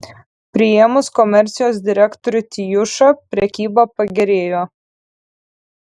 priėmus komercijos direktorių tijušą prekyba pagerėjo